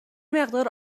مقدار